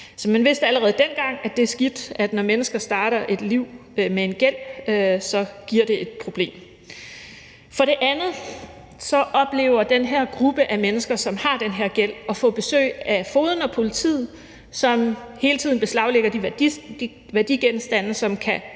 Så man vidste allerede dengang, at det er skidt, når mennesker starter et liv med en gæld, og at det giver et problem. For det andet oplever den her gruppe af mennesker, som har den gæld, at få besøg af fogeden og politiet, som hele tiden beslaglægger de værdigenstande, som kan